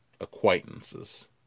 acquaintances